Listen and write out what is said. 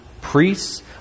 priests